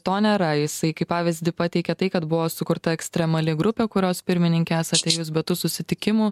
to nėra jisai kaip pavyzdį pateikė tai kad buvo sukurta ekstremali grupė kurios pirmininkė esate jūs bet tų susitikimų